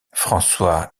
françois